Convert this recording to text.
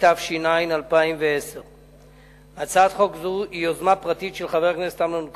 התש"ע 2010. הצעת חוק זו היא יוזמה פרטית של חבר הכנסת אמנון כהן,